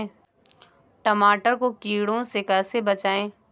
टमाटर को कीड़ों से कैसे बचाएँ?